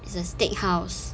it's a steakhouse